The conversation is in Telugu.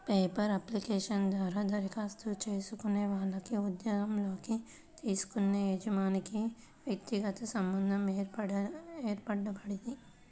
పేపర్ అప్లికేషన్ ద్వారా దరఖాస్తు చేసుకునే వాళ్లకి ఉద్యోగంలోకి తీసుకునే యజమానికి వ్యక్తిగత సంబంధం ఏర్పడుద్ది